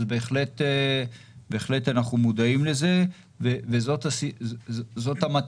אז בהחלט אנחנו מודעים לזה וזאת המטרה,